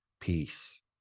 peace